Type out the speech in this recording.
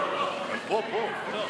בדיוק בשביל זה יש חדר כושר,